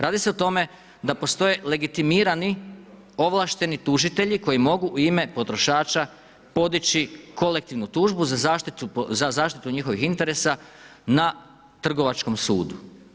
Radi se o tome da postoje legitimirani ovlašteni tužitelji koji mogu u ime potrošača podići kolektivnu tužbu za zaštitu njihovih interesa na trgovačkom sudu.